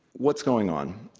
what's going on?